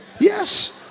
Yes